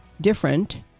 Different